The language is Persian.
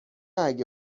اگه